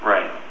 Right